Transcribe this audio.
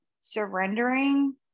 surrendering